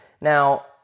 now